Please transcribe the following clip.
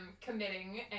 committing